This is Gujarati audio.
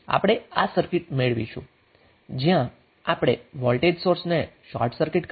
તેથી આપણે આ સર્કિટ મેળવીશું જ્યાં આપણે વોલ્ટેજ સોર્સને શોર્ટ સર્કિટ કરેલ છે